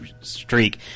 streak